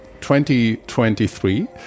2023